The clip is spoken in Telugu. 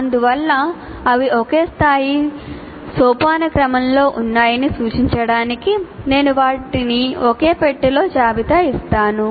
అందువల్ల అవి ఒకే స్థాయి సోపానక్రమంలో ఉన్నాయని సూచించడానికి నేను వాటిని ఒకే పెట్టెలో జాబితా చేస్తాను